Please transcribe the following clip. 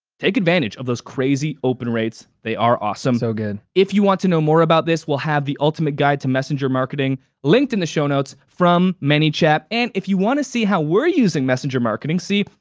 take advantage of those crazy open rates. they are awesome. so good. if you want to know more about this, we'll have the ultimate guide to messenger marketing linked in the show notes from manychat. and if you wanna see how we're using messenger marketing, see,